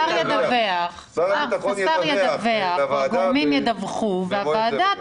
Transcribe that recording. השר ידווח, הגורמים ידווחו לוועדה.